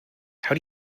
how